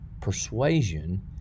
persuasion